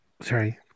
sorry